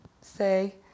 say